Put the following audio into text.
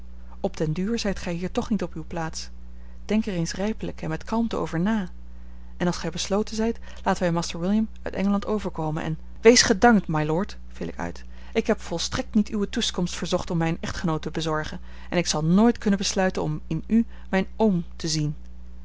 op den duur zijt gij hier toch niet op uwe plaats denk er eens rijpelijk en met kalmte over na en als gij besloten zijt laten wij master william uit engeland overkomen en wees gedankt mylord viel ik uit ik heb volstrekt niet uwe tusschenkomst verzocht om mij een echtgenoot te bezorgen en ik zal nooit kunnen besluiten om in u mijn oom te zien